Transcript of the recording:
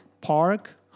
Park